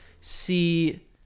see